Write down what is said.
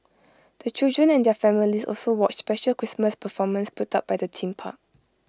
the children and their families also watched special Christmas performances put up by the theme park